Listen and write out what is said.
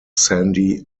sandy